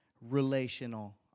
relational